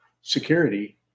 security